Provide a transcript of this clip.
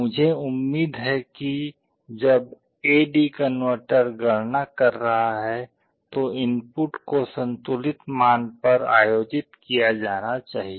मुझे उम्मीद है कि जब ए डी कनवर्टर गणना कर रहा है तो इनपुट को संतुलित मान पर आयोजित किया जाना चाहिए